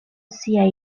siaj